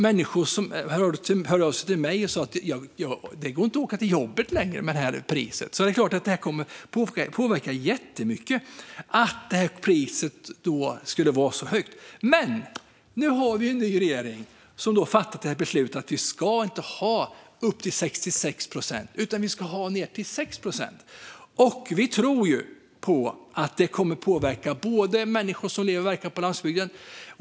Människor hörde av sig till mig och sa: Det går inte att åka till jobbet längre med det här priset. Det är klart att det kommer att påverka jättemycket att priset kommer att vara så högt. Men nu har vi en ny regering som har fattat beslutet att vi inte ska ha upp till 66 procent utan ned till 6 procent. Vi tror på att det kommer att påverka människor som lever och verkar på landsbygden.